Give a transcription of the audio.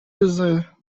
روزه